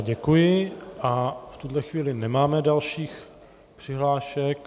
Děkuji a v tuhle chvíli nemáme dalších přihlášek.